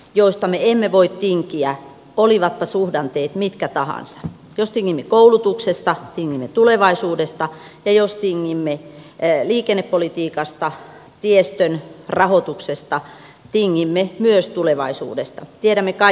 joista me emme voi tinkiä olivatpa suhdanteet mitkä tahansa jos tingimme koulutuksesta tingimme tulevaisuudesta ja jos tingimme liikennepolitiikasta tiestön rahoituksesta tingimme myös tulevaisuudesta tiedä mika